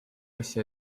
asja